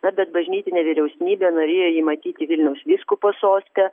na bet bažnytinė vyresnybė norėjo jį matyti vilniaus vyskupo soste